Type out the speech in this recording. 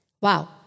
Wow